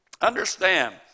Understand